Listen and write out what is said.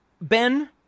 Ben